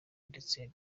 ndetse